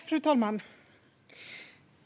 Fru talman!